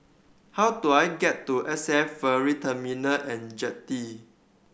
how do I get to S A F Ferry Terminal And Jetty